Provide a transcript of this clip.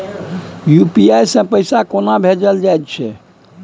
UPI सँ पैसा कोना भेजल जाइत छै?